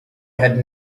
had